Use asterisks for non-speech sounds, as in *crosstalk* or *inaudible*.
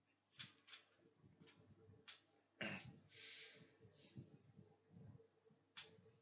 *noise* *breath*